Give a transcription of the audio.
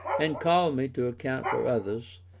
and called me to account for others,